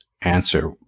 answer